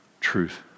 truth